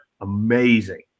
amazing